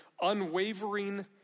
unwavering